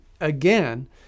again